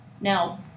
Now